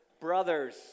brothers